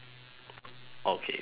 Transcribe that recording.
okay pink